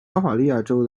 巴伐利亚州